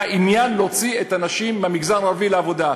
היה עניין להוציא את הנשים מהמגזר הערבי לעבודה.